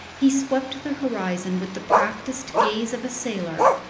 he swept the horizon with the practiced gaze of a sailor,